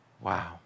wow